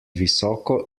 visoko